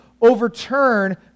overturn